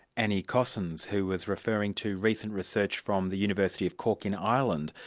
annie cossins, who was referring to recent research from the university of cork, in ireland,